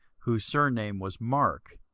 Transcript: whose surname was mark.